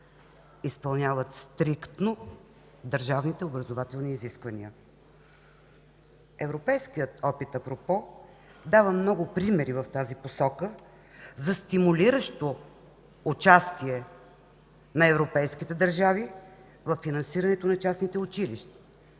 изпълняват стриктно държавните образователни изисквания. Европейският опит дава много примери в тази посока за стимулиращо участие на европейските държави във финансирането на частните училища.